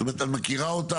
זאת אומרת האם את מכירה אותן?